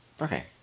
Okay